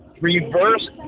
reverse